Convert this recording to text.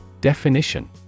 Definition